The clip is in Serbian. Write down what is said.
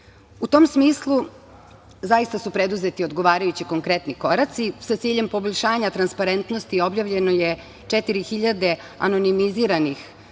tom smislu zaista su preuzeti odgovarajući konkretni koraci, sa ciljem poboljšanja transparentnosti objavljeno je 4.000 anonimiziranih